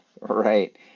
Right